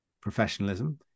professionalism